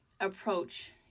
approach